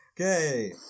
Okay